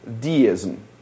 deism